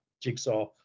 jigsaw